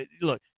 look –